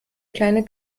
kleine